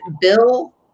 Bill